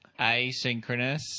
asynchronous